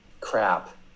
crap